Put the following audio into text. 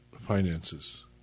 finances